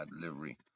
delivery